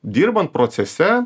dirbant procese